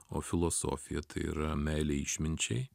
o filosofija tai yra meilė išminčiai